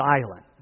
silent